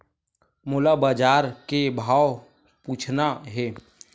मोला बजार के भाव पूछना हे?